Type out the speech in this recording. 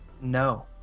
No